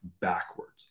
backwards